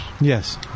Yes